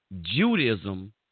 Judaism